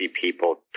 People